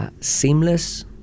seamless